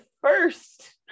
first